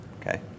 Okay